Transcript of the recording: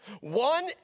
One